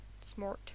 Smart